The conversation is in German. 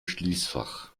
schließfach